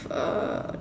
uh